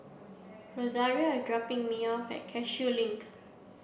Rosario is dropping me off at Cashew Link